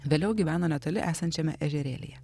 vėliau gyveno netoli esančiame ežerėlyje